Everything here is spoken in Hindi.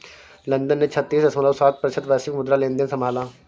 लंदन ने छत्तीस दश्मलव सात प्रतिशत वैश्विक मुद्रा लेनदेन संभाला